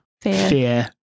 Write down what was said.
fear